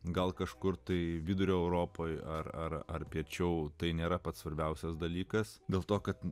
gal kažkur tai vidurio europoje ar ar ar piečiau tai nėra pats svarbiausias dalykas dėl to kad